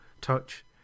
touch